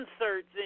inserts